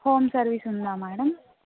home service ఉందా madam